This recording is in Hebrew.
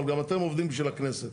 אבל גם אתם עובדים בשביל הכנסת.